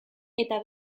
eta